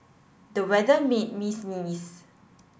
the weather made me sneeze